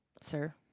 sir